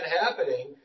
happening